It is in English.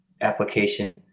application